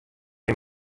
him